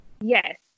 Yes